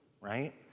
right